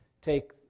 take